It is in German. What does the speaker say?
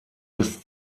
bis